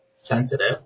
sensitive